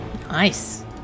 Nice